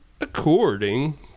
according